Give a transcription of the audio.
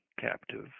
captive